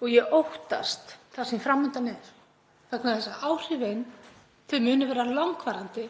og ég óttast það sem fram undan er vegna þess að áhrifin munu verða langvarandi